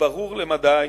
ברור למדי